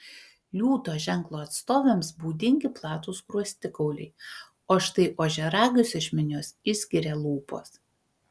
liūto ženklo atstovėms būdingi platūs skruostikauliai o štai ožiaragius iš minios išskiria lūpos